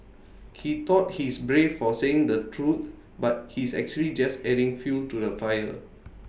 he thought he's brave for saying the truth but he's actually just adding fuel to the fire